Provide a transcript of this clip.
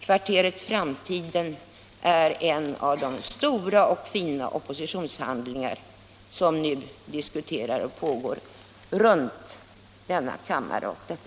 Kvarteret Framtiden är en av de stora och fina oppositionshandlingar som nu diskuteras runt om i landet.